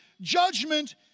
judgment